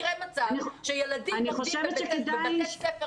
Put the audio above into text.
יקרה מצב שילדים לומדים בבתי ספר